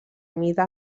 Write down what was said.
mida